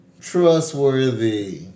Trustworthy